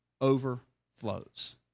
overflows